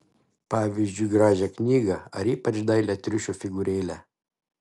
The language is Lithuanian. pavyzdžiui gražią knygą ar ypač dailią triušio figūrėlę